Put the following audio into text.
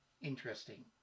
interesting